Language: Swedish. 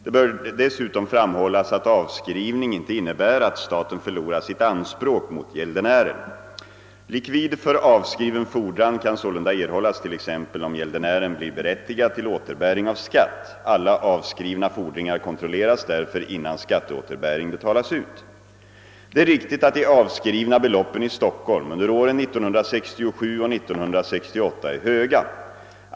Det bör dessutom framhållas att avskrivning inte innebär att staten förlorar sitt anspråk mot gäldenären. Likvid för avskriven fordran kan sålunda erhållas t.ex. om gäldenären blir berättigad till återbäring av skatt. Alla avskrivna fordringar kontrolleras därför innan skatteåterbäring betalas ut. Det är riktigt att de avskrivna beloppen i Stockholm under åren 1967 och 1968 är höga.